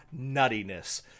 nuttiness